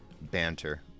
banter